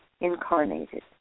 incarnated